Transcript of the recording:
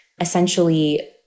essentially